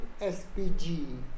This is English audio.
SPG